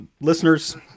listeners